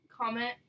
comment